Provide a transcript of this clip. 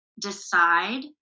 decide